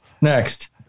Next